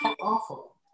awful